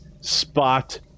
spot